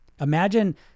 imagine